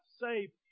saved